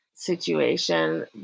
situation